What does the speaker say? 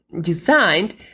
designed